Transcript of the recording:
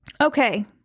Okay